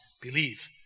believe